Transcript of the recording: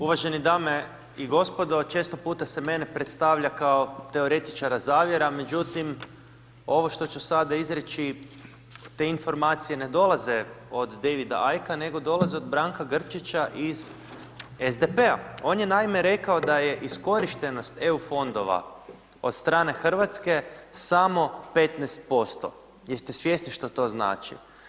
Uvažene dame i gospodo često puta se mene predstavlja teoretičara zavjera, međutim ovo što ću sada izreći te informacije ne dolaze od Davida Ickea nego dolaze od Branka Grčića iz SDP-a, on je naime rekao da je iskorištenost EU fondova od strane Hrvatske samo 15%, jeste svjesni što to znači.